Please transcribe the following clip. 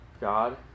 God